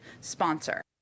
sponsor